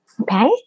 Okay